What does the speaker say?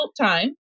time